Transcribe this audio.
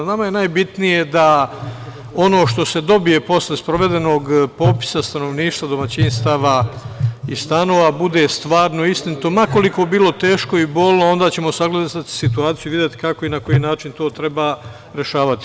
Nama je najbitnije da ono što se dobije posle sprovedenog popisa stanovništva, domaćinstava i stanova, bude stvarno istinito, ma koliko bilo teško i bolno, onda ćemo sagledati situaciju i videti kako i na koji način to treba rešavati.